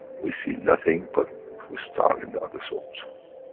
we see nothing but the star in the other souls.